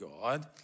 God